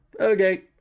okay